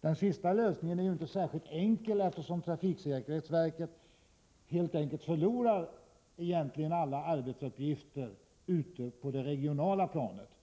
Den sista lösningen är inte särskilt enkel, eftersom trafiksäkerhetsverket egentligen förlorar alla arbetsuppgifter på det regionala planet.